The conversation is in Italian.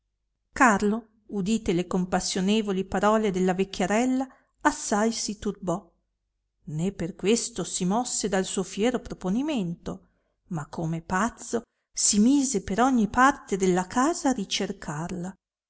carlo udite le compassionevoli parole della vecchiarella assai si turbò né per questo si mosse dal suo fiero proponimento ma come pazzo si mise per ogni parte della casa a ricercarla